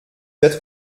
être